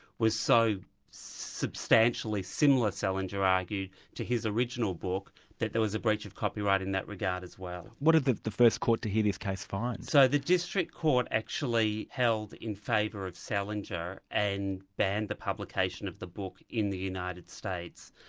was so substantially similar, salinger argued, to his original book that there was a breach of copyright in that regard as well. what did the the first court to hear this case find? so the district court actually held in favour of salinger, and banned the publication of the book in the united states.